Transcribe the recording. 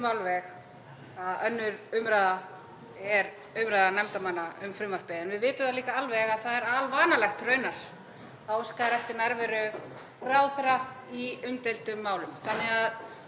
alveg að 2. umræða er umræða nefndarmanna um frumvarpið en við vitum það líka alveg að það er alvanalegt raunar að óskað er eftir nærveru ráðherra í umdeildum málum. Spurningin